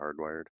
hardwired